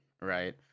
right